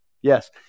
Yes